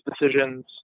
decisions